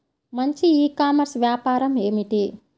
మంచి e commerce వ్యాపారం ఏమిటీ?